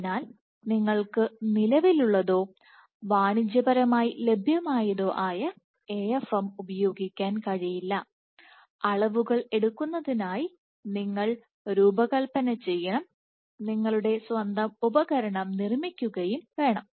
അതിനാൽ നിങ്ങൾക്ക് നിലവിലുള്ളതോ വാണിജ്യപരമായി ലഭ്യമായതോ ആയ AFM ഉപയോഗിക്കാൻ കഴിയില്ല അളവുകൾ എടുക്കുന്നതിനായി നിങ്ങൾ രൂപകൽപ്പന ചെയ്യുകയും നിങ്ങളുടെ സ്വന്തം ഉപകരണം നിർമ്മിക്കുകയും വേണം